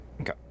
Okay